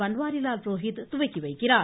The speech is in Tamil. பன்வாரிலால் புரோகித் துவக்கிவைக்கிறார்